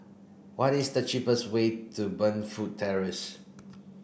what is the cheapest way to Burnfoot Terrace